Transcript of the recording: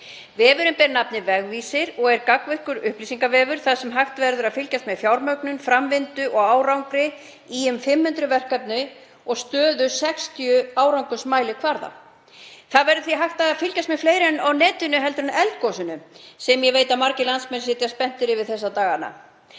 Vefurinn ber nafnið Vegvísir og er gagnvirkur upplýsingavefur þar sem hægt verður að fylgjast með fjármögnun, framvindu og árangri um 500 verkefna og stöðu 60 árangursmælikvarða. Það verður því hægt að fylgjast með fleiru á netinu en eldgosinu, sem ég veit að margir landsmenn sitja spenntir yfir þessa dagana.